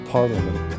Parliament